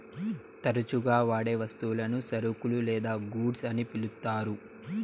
తరచుగా వాడే వస్తువులను సరుకులు లేదా గూడ్స్ అని పిలుత్తారు